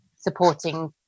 supporting